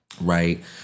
Right